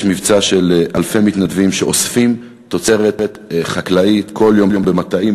יש מבצע של אלפי מתנדבים שאוספים כל יום תוצרת חקלאית במטעים,